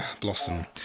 blossom